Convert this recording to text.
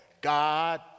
God